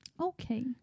Okay